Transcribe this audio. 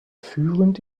führend